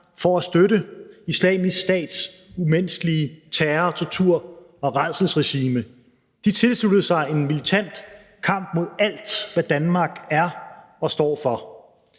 for at støtte Islamisk Stats umenneskelige terror-, tortur- og rædselsregime. De tilsluttede sig en militant kamp mod alt, hvad Danmark er og står for.